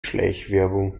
schleichwerbung